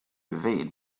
evade